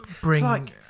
bring